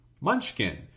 Munchkin